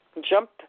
Jump